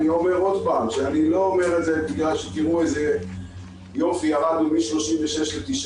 לא אומר את זה כדי לומר שירדנו מ-36 לתשעה,